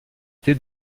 été